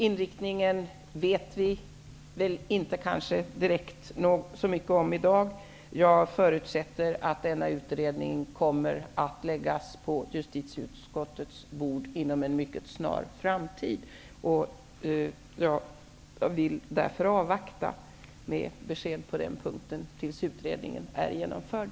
Vi vet i dag inte så mycket om dess inriktning. Jag förutsätter att utredningens resultat kommer att läggas på justitieutskottets bord inom en mycket snar framtid, och jag vill därför avvakta med besked på den punkten tills utredningen är genomförd.